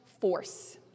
force